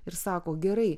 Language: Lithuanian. ir sako gerai